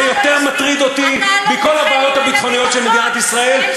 זה יותר מטריד אותי מכל הבעיות הביטחוניות של מדינת ישראל,